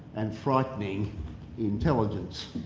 and frightening intelligence.